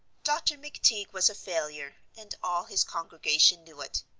dr. mcteague was a failure, and all his congregation knew it.